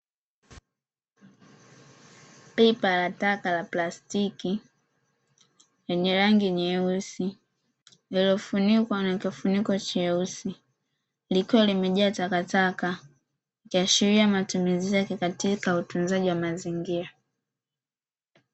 Pipa la takataka la plastiki lenye rangi nyeusi lililofunikwa na kifuniko cheusi likiwa limejaa takataka, likiashiria matumizi yake katika utunzaji wa mazingira.